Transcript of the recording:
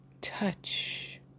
touch